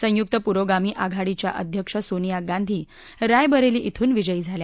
संयुक्त पुरोगामी आघाडीच्या अध्यक्ष सोनिया गांधी रायबरेली श्रून विजयी झाल्या